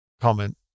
comment